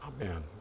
Amen